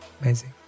Amazing